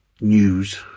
news